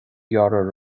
fhearadh